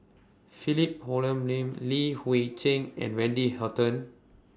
Philip Hoalim Lim Li Hui Cheng and Wendy Hutton